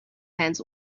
hands